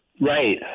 Right